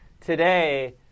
today